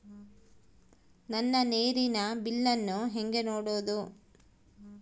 ನನ್ನ ನೇರಿನ ಬಿಲ್ಲನ್ನು ಹೆಂಗ ನೋಡದು?